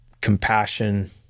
compassion